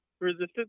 resistance